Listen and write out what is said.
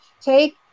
take